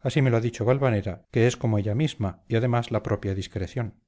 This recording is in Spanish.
así me lo ha dicho valvanera que es como ella misma y además la propia discreción